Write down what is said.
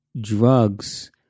drugs